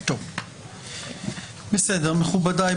מכובדי,